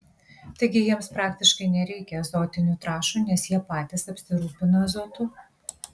taigi jiems praktiškai nereikia azotinių trąšų nes jie patys apsirūpina azotu